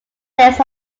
list